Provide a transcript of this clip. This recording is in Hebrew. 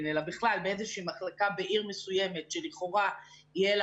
אלא בכלל באיזושהי מחלקה בעיר מסוימת שלכאורה יהיו לה